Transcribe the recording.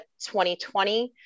2020